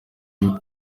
iyo